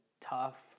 tough